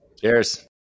Cheers